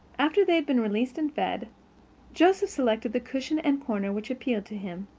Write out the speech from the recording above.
after they had been released and fed joseph selected the cushion and corner which appealed to him,